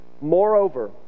Moreover